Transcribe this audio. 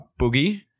boogie